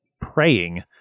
praying